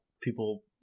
people